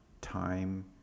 time